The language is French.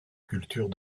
culture